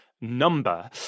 number